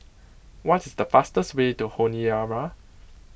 what is the fastest way to Honiara